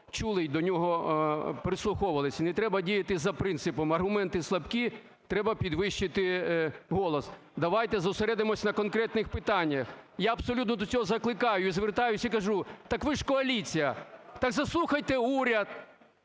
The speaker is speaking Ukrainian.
чули і до нього прислуховувались. І не треба діяти за принципом: аргументи слабкі – треба підвищити голос. Давайте зосередимось на конкретних питаннях. Я абсолютно до цього закликаю і звертаюсь, і кажу. Так ви ж коаліція, так заслухайте уряд,